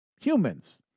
humans